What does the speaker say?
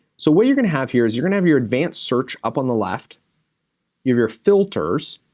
so what you're gonna have here is you're gonna have your advanced search up on the left. you have your filters,